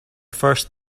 first